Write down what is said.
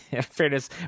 fairness